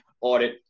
audit